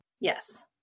Yes